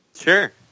Sure